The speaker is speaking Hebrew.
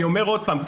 אני אומר עוד פעם,